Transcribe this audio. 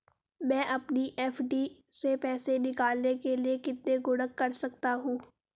मैं अपनी एफ.डी से पैसे निकालने के लिए कितने गुणक कर सकता हूँ?